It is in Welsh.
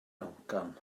amcan